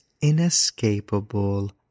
inescapable